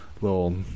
little